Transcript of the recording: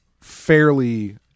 fairly